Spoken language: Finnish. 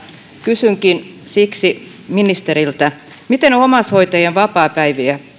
kysynkin siksi ministeriltä miten omaishoitajien vapaapäiviä